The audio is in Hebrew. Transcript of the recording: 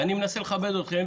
ואני מנסה לכבד אתכם.